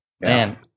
man